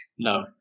No